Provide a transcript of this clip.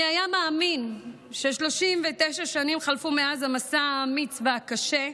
מי היה מאמין ש-39 שנים חלפו מאז המסע האמיץ והקשה,